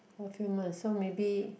a few months so maybe